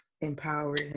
empowering